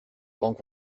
banques